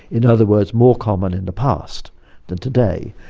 in other words, more common in the past than today.